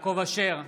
(קורא בשמות